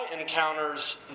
encounters